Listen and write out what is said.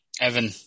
Evan